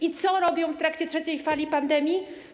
I co robią w trakcie trzeciej fali pandemii?